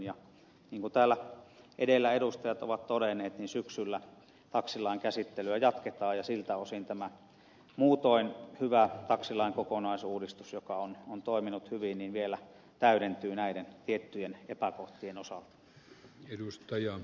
niin kuin täällä edellä edustajat ovat todenneet niin syksyllä taksilain käsittelyä jatketaan ja siltä osin tämä muutoin hyvä taksilain kokonaisuudistus joka on toiminut hyvin vielä täydentyy näiden tiettyjen epäkohtien osalta